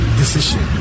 decision